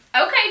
Okay